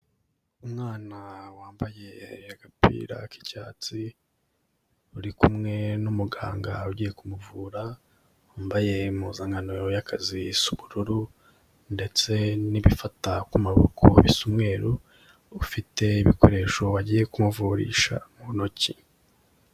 Umwana wambaye agapira k'icyatsi uri kumwe n'umuganga ugiye kumuvura wambaye impuzankano y'akazi isa ubururu ndetse n'ibifata ku maboko bisa umweru ufite ibikoresho wagiye kumuvurisha mu ntoki.